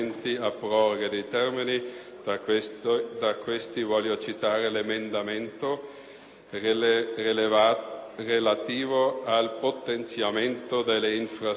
tra questi, voglio citare l'emendamento relativo al potenziamento delle infrastrutture carcerarie.